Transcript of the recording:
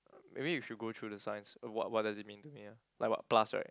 maybe if you go through the Science what what does it mean to me ah like what plus right